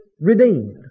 redeemed